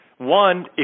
One